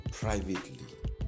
Privately